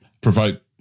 provoke